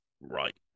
right